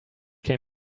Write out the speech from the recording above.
came